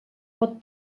pot